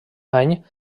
any